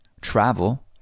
travel